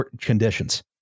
conditions